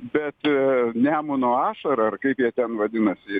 bet nemuno ašara ar kaip jie ten vadinasi ir